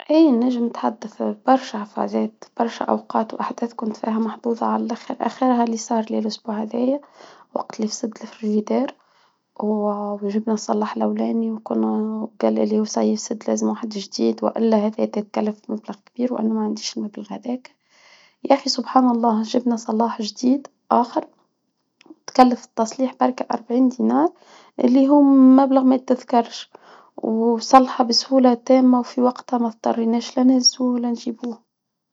اي نجم تحدث برشا فى حاجات برشا اوقات او احداث كنت فيها محظوظة على الاخر اخرها لي صار لي الاسبوع هداية. وقت اللى السد فروجيتار. ووجبنا نصلح الاولانى قالى لى ياست لازم واحد جديد وإلا هذى يكلف مبلغ كبير وانا ما عنديش مبلغ هداك يا اخي سبحان الله جبنا صلاح جديد اخر. تكلف التصليح برك اربعين دينار. اللي هو مبلغ ما تذكرش. ويصلح بسهولة تامة وفي وقتها ما اضطريناش لا ننسوه ولا نجيبوه